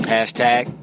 Hashtag